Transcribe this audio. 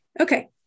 Okay